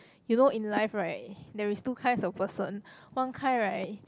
you know in life right there's two kinds of person one kind right